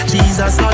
Jesus